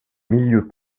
milieux